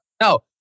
no